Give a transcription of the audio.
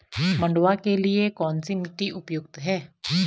मंडुवा के लिए कौन सी मिट्टी उपयुक्त है?